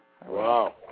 Wow